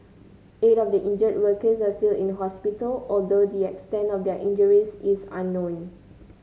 eight of the injured workers are still in hospital although the extent of their injuries is unknown